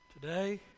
today